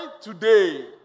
today